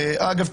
אגב,